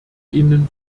ihnen